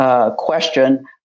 question